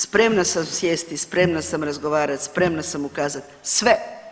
Spremna sam sjesti, spremna sam razgovarati, spremna sam ukazati sve.